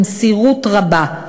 במסירות רבה,